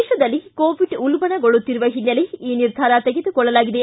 ದೇಶದಲ್ಲಿ ಕೋವಿಡ್ ಉಲ್ಲಣಗೊಳ್ಳುತ್ತಿರುವ ಹಿನ್ನೆಲೆ ಈ ನಿರ್ಧಾರ ತೆಗೆದುಕೊಳ್ಳಲಾಗಿದೆ